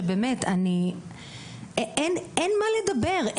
שבאמת אין מה לדבר,